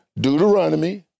Deuteronomy